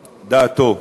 דעתו.